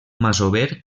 masover